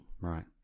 Right